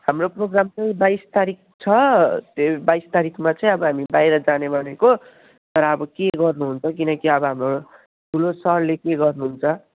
हाम्रो प्रोग्राम चाहिँ बाइस तारिख छ त्यही बाइस तारिखमा चाहिँ अब हामी बाहिर जाने भनेको तर अब के गर्नुहुन्छ किनकि अब हाम्रो ठुलो सरले के गर्नुहुन्छ